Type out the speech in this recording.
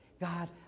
God